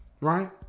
right